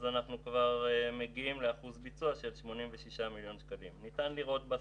אנחנו מגיעים כבר לאחוז ביצוע של 86%. בשכר